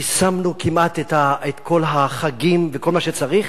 יישמנו כמעט את כל החגים וכל מה שצריך,